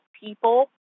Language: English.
people